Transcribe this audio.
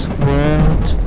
world